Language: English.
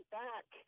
back